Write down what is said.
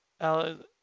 Alex